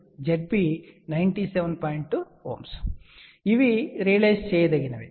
2 ohm మరియు ఇవి realise చేయదగినవి